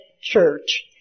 church